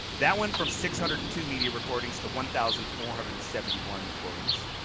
that went from six hundred and two media recordings to one thousand four hundred and seventy one recordings.